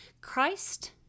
Christ